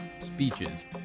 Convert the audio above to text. speeches